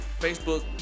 facebook